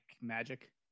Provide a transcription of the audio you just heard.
Magic